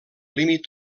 límit